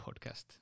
podcast